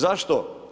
Zašto?